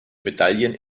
medaillen